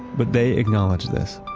but they acknowledge this.